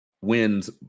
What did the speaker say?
wins